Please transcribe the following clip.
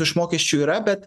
iš mokesčių yra bet